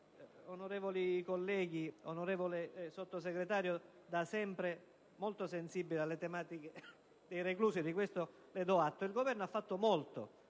onorevoli colleghi, onorevole Sottosegretario, da sempre molto sensibile alle tematiche dei reclusi - di questo le do atto - il Governo ha fatto molto